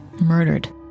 murdered